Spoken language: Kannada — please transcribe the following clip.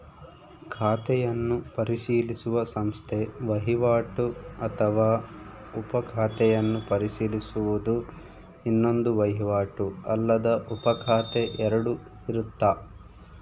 ಖಾತೆಯನ್ನು ಪರಿಶೀಲಿಸುವ ಸಂಸ್ಥೆ ವಹಿವಾಟು ಅಥವಾ ಉಪ ಖಾತೆಯನ್ನು ಪರಿಶೀಲಿಸುವುದು ಇನ್ನೊಂದು ವಹಿವಾಟು ಅಲ್ಲದ ಉಪಖಾತೆ ಎರಡು ಇರುತ್ತ